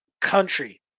country